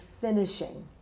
finishing